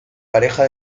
pareja